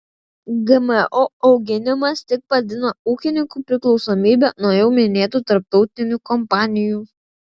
gmo auginimas tik padidina ūkininkų priklausomybę nuo jau minėtų tarptautinių kompanijų